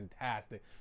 fantastic